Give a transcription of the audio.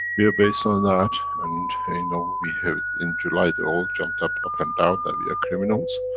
we are based on that, and in all ah we have it, in july they all jumped up, up and down that we are criminals.